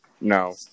No